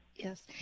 Yes